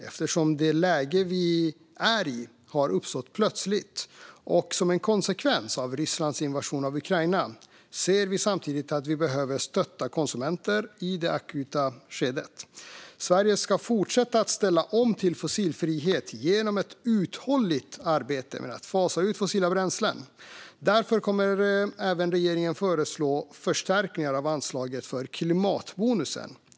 Eftersom det läge vi är i har uppstått plötsligt och som en konsekvens av Rysslands invasion av Ukraina ser vi samtidigt att vi behöver stötta konsumenter i det akuta skedet. Sverige ska fortsätta att ställa om till fossilfrihet genom ett uthålligt arbete med att fasa ut fossila bränslen. Därför kommer regeringen även att föreslå förstärkningar av anslaget för klimatbonusen.